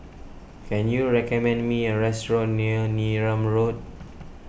can you recommend me a restaurant near Neram Road